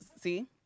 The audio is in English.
See